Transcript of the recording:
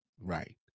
Right